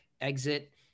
exit